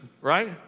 right